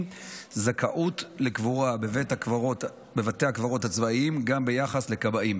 זכאות לקבורה בבתי הקברות הצבאיים גם ביחס לכבאים